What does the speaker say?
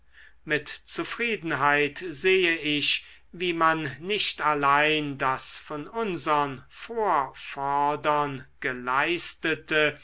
mit zufriedenheit sehe ich wie man nicht allein das von unsern vorvordern geleistete